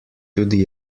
tudi